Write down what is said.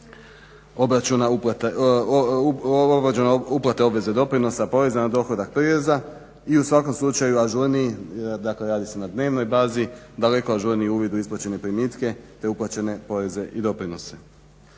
obračuna uplate obveze doprinosa, poreza na dohodak, prireza i u svakom slučaju ažurniji dakle radi se na dnevnoj bazi daleko ažurniji uvid u isplaćene primitke te uplaćene poreze i doprinose.